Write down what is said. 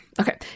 Okay